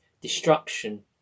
Destruction